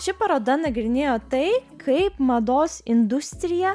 ši paroda nagrinėjo tai kaip mados industrija